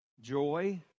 joy